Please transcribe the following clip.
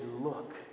look